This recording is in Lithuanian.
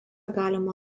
galima